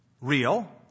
real